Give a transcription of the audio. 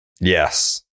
yes